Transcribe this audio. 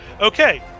Okay